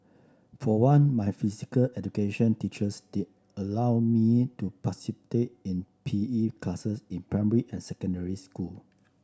for one my physical education teachers did allow me to in P E classes in primary and secondary school